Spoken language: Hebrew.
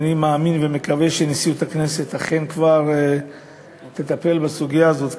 אני מאמין ומקווה שנשיאות הכנסת אכן תטפל כבר בסוגיה הזאת,